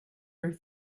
her